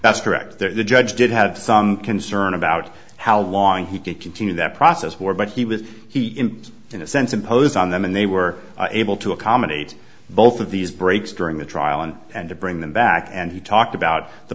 at's correct the judge did have some concern about how long he could continue that process more but he was he in in a sense impose on them and they were able to accommodate both of these breaks during the trial and and to bring them back and he talked about the